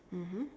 mmhmm